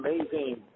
amazing